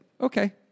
Okay